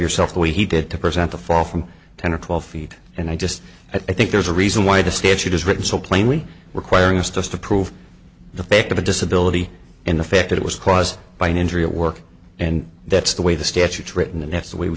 yourself the way he did to present a fall from ten or twelve feet and i just i think there's a reason why the statute is written so plainly requiring us to prove the fact of a disability in effect it was caused by an injury at work and that's the way the statute written and that's the way we